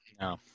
no